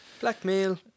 Blackmail